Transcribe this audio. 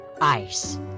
ICE